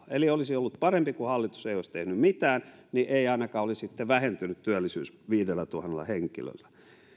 eli olisi ollut parempi kuin hallitus ei olisi tehnyt mitään niin ei ainakaan olisi sitten vähentynyt työllisyys viidellätuhannella henkilöllä